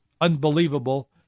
unbelievable